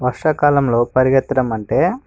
వర్షాకాలంలో పరిగెత్తడం అంటే